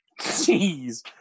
jeez